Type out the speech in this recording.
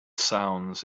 sounds